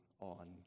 on